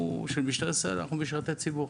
של משטרת ישראל, הוא שאנחנו משרתי ציבור.